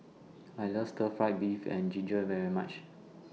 I like Stir Fry Beef and Ginger very much